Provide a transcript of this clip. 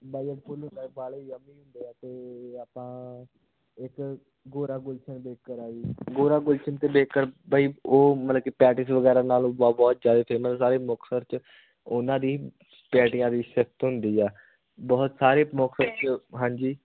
ਬਾਈ ਇੱਕ ਹੁੰਦਾ ਹੈ ਬਾਹਲਾ ਹੀ ਯੰਮੀ ਹੁੰਦੇ ਹੈ ਅਤੇ ਆਪਾਂ ਇੱਕ ਗੋਰਾ ਗੁਲਸ਼ਨ ਬੇਕਰ ਆ ਜੀ ਗੋਰਾ ਗੁਲਸ਼ਨ ਅਤੇ ਬੇਕਰ ਬਾਈ ਉਹ ਮਤਲਬ ਕਿ ਪੈਟੀਸ ਵਗੈਰਾ ਨਾਲੋ ਬਹੁਤ ਬਹੁਤ ਜ਼ਿਆਦਾ ਫੇਮਸ ਸਾਰੇ ਮੁਕਤਸਰ 'ਚ ਉਹਨਾਂ ਦੀ ਪੈਟੀਆਂ ਦੀ ਸਿਫਤ ਹੁੰਦੀ ਹੈ ਬਹੁਤ ਸਾਰੇ ਮੁਕਤਸਰ 'ਚ ਹਾਂਜੀ